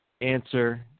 answer